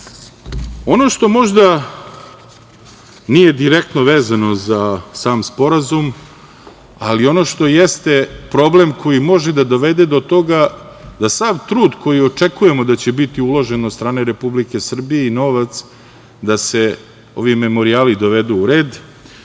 što možda nije direktno vezano za sam sporazum, ali ono što jeste problem koji može da dovede do toga da sav trud koji očekujemo da će biti uložen od strane Republike Srbije i novac da se ovi memorijali dovedu u red